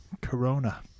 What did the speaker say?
Corona